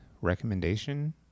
recommendation